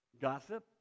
gossip